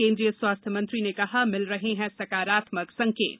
केंद्रीय स्वास्थ्य मंत्री ने कहा मिल रहे हैं सकारात्मक संकेत